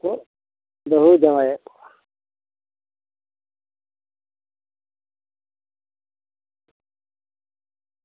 ᱨᱮᱠᱚ ᱵᱟᱹᱦᱩ ᱡᱟᱸᱣᱟᱭᱮᱫ ᱠᱚᱣᱟ